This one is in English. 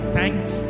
Thanks